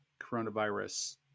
coronavirus